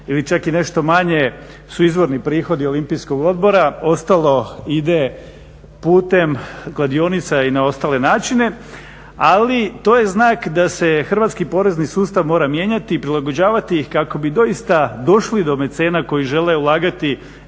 ili čak i nešto manje su izvorni prihodi Olimpijskog odbora, ostalo ide putem kladionica i na ostale načine. Ali to je znak da se hrvatski porezni sustav mora mijenjati i prilagođavati kako bi doista došli do mecena koji žele ulagati